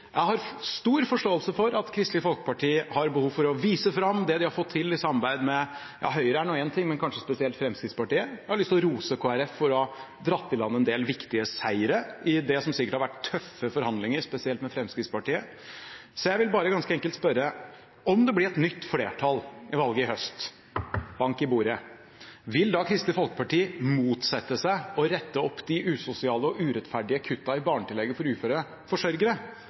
Jeg har stor forståelse for at Kristelig Folkeparti har behov for å vise fram det de har fått til – i samarbeid med Høyre er nå én ting, men kanskje spesielt med Fremskrittspartiet. Jeg har lyst til å rose Kristelig Folkeparti for å ha dratt i land en del viktige seire i det som sikkert har vært tøffe forhandlinger, spesielt med Fremskrittspartiet. Så jeg vil bare ganske enkelt spørre: Om det blir et nytt flertall ved valget i høst – bank i bordet – vil da Kristelig Folkeparti motsette seg å rette opp de usosiale og urettferdige kuttene i barnetillegget for uføre forsørgere?